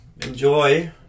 enjoy